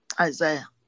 Isaiah